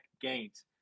gains